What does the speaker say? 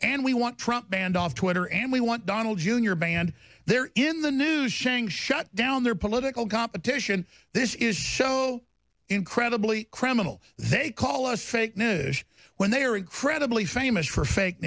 and we want trump banned on twitter and we want donald jr banned there in the news shank shut down their political competition this is show incredibly criminal they call us fake news when they are incredibly famous for fake